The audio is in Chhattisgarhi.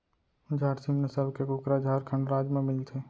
झारसीम नसल के कुकरा झारखंड राज म मिलथे